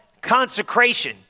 consecration